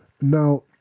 now